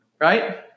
right